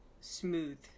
smooth